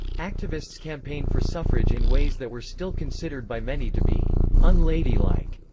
activists campaigned for suffrage in ways that were still considered by many to be unladylike,